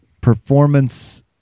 performance